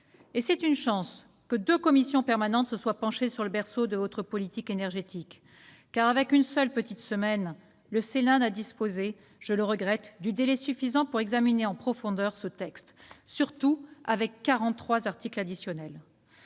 C'est une chance que deux commissions permanentes se soient penchées sur le berceau de votre politique énergétique. En effet, avec une seule petite semaine, le Sénat n'a pas disposé, le regrette, du délai suffisant pour examiner en profondeur ce texte, surtout avec quarante-trois articles additionnels.